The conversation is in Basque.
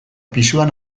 pisuan